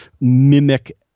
mimic